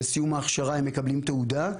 בסיום ההכשרה הם מקבלים תעודה.